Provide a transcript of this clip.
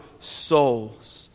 souls